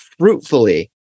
fruitfully